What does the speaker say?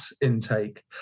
intake